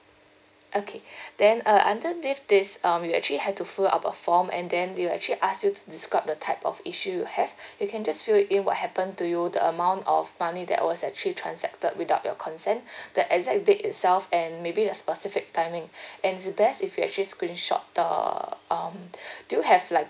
okay then uh underneath this um you actually have to fill up a form and then they will actually ask you to describe the type of issue you have you can just fill it in what happen to you the amount of money that was actually transacted without your consent the exact date itself and maybe the specific timing and it's best if you actually screenshot the um do you have like